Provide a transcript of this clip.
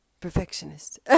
Perfectionist